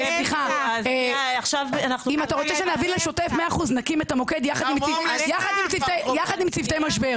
אם אתה רוצה שנביא לשוטף 100% נקים את המוקד יחד עם צוותי משבר,